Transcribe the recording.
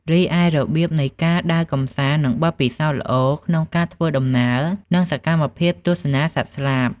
រីឯ របៀបនៃការដើរកម្សាន្តនិងបទពិសោធន៍ល្អក្នុងការធ្វើដំណើរនិងសកម្មភាពទស្សនាសត្វស្លាប។